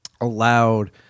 allowed